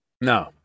No